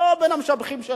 לא בין המשבחים שלו,